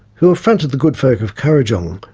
who affronted the good folk of kurrajong,